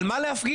על מה להפגין?